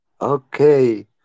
Okay